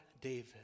David